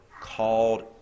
called